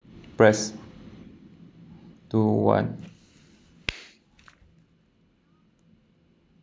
press two one